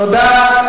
תודה.